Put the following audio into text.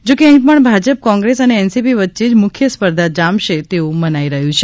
જોકે અહીં પણ ભાજપ કોંગ્રેસ અને એનસીપી વચ્ચે જ મુખ્ય સ્પર્ધા જામશે તેવું મનાઈ રહ્યું છે